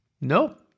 No